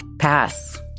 Pass